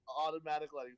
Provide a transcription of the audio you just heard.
automatically